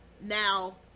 now